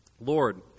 Lord